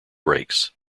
brakes